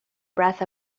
breath